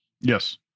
Yes